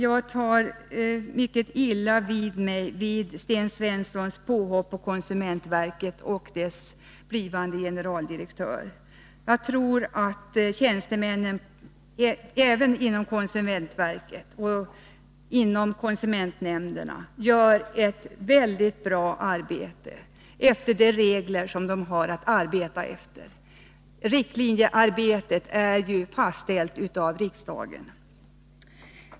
Jag tar mycket illa vid mig av Sten Svenssons påhopp på konsumentverket och dess blivande generaldirektör. Jag tror att tjänstemännen inom konsumentverket och inom konsumentnämnderna gör ett mycket bra arbete inom ramen för de regler som de har att följa. Riktlinjerna för deras arbete är ju fastställda av riksdagen.